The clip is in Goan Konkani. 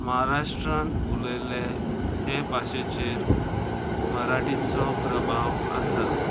महाराष्ट्रांत उलयल्ले हे भाशेचेर मराठीचो प्रभाव आसा